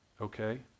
Okay